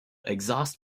exhaust